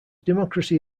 democracy